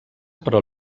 però